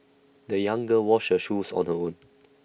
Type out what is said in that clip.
the young girl washed her shoes on her own